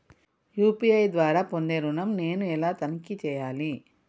UPI ద్వారా పొందే ఋణం నేను ఎలా తనిఖీ చేయాలి?